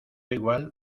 igual